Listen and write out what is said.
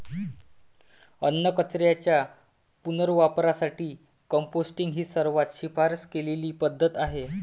अन्नकचऱ्याच्या पुनर्वापरासाठी कंपोस्टिंग ही सर्वात शिफारस केलेली पद्धत आहे